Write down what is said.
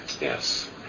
Yes